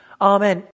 Amen